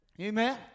Amen